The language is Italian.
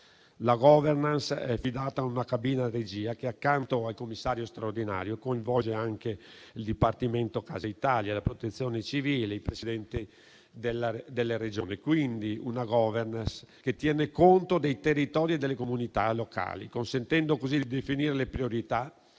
La *governance* è affidata a una cabina di regia che, accanto al commissario straordinario, coinvolge anche il dipartimento Casa Italia, la Protezione civile, i Presidenti delle Regioni; quindi la *governance* tiene conto dei territori e delle comunità locali, consentendo così di definire le priorità,